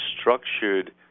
structured